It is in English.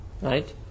right